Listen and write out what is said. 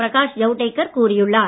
பிரகாஷ் ஜவடேகர் கூறியுள்ளார்